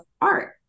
art